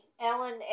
Ellen